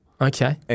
okay